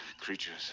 creatures